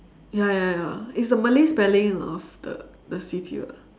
ya ya ya it's the malay spelling of the the city ah